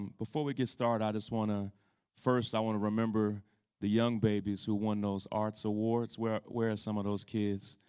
before we get started i just want to first, i want to remember the young babies who won those arts awards. where are some of those kids?